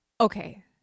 okay